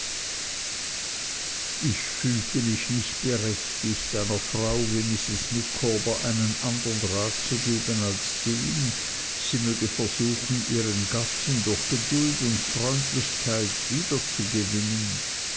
ich fühlte mich nicht berechtigt einer frau von mrs micawber einen andern rat zu geben als den sie möge versuchen ihren gatten durch geduld und freundlichkeit wiederzugewinnen